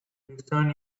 discern